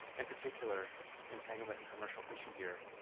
in particular entanglement in commercial fishing gear,